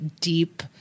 deep